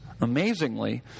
amazingly